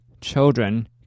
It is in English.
children